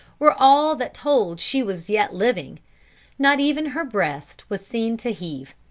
were all that told she was yet living not even her breast was seen to heave.